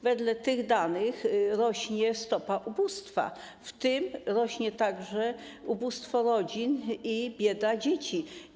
Wedle tych danych rośnie stopa ubóstwa, w tym rośną także ubóstwo rodzin i bieda dzieci.